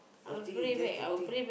I think you just the thing